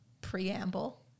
preamble